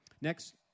Next